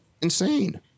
Insane